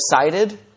excited